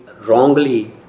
wrongly